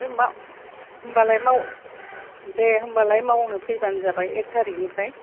होनबालाय माव दे होनबालाय मावनो फैबानो जाबाय एक थारिकनिफ्राय